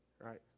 right